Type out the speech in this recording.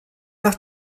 nach